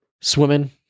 swimming